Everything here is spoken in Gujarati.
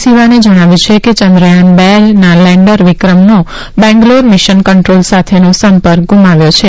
સિવાને જણાવ્યું છે કે ચંદ્રયાન ર ના લેન્ડર વિક્રમનો બેંગ્લોર મિશનકંટ્રોલ સાથેનો સંપક ગુમાવ્યો છે